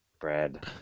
bread